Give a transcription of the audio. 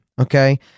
okay